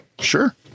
sure